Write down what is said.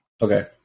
Okay